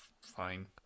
fine